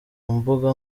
mbuga